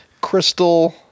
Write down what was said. Crystal